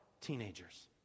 teenagers